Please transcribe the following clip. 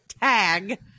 Tag